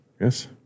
Yes